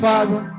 Father